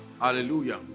hallelujah